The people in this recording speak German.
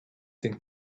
den